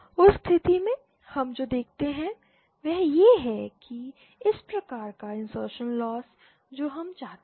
उस स्थिति में हम जो देखते हैं वह यह है कि इस प्रकार का इंसर्शनल लॉस जो हम चाहते थे